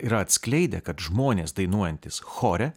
yra atskleidę kad žmonės dainuojantys chore